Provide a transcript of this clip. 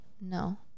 no